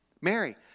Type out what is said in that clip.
Mary